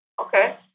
Okay